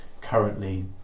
Currently